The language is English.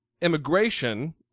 immigration